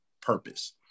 purpose